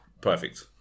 perfect